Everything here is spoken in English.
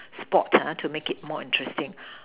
sport to make it more interesting